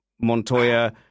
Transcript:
Montoya